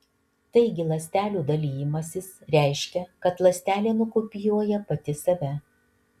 taigi ląstelių dalijimasis reiškia kad ląstelė nukopijuoja pati save